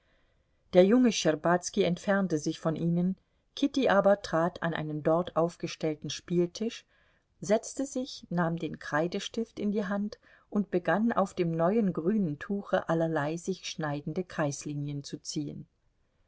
der junge schtscherbazki entfernte sich von ihnen kitty aber trat an einen dort aufgestellten spieltisch setzte sich nahm den kreidestift in die hand und begann auf dem neuen grünen tuche allerlei sich schneidende kreislinien zu ziehen